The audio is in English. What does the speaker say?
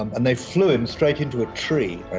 and they flew him straight into a tree